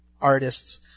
artists